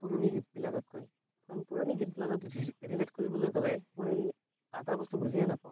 পুৰণি গীত বিলাকতকৈ কাৰণ পুৰণি গীতবিলাক ৰিলেট কৰিবলৈ গ'লে মই আধা বস্তু বুজিয়েই নাপাওঁ